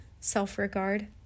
self-regard